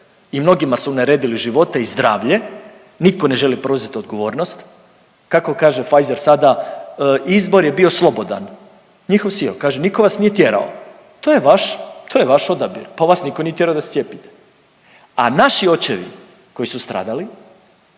i mnogima su uneredili živote i zdravlje, nitko ne želi preuzeti odgovornost. Kako kaže Pfizer sada izbor je bio slobodan …/Govornik se ne razumije./… kaže nitko vas nije tjerao to je vaš, to je vaš odabir pa vas nitko nije tjerao da se cijepite. A naši očevi koji su stradali,